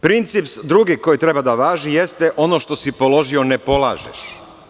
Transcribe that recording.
Princip drugi koji treba da važi jeste ono što si položio ne polažeš.